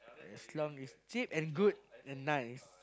as long it's cheap and good and nice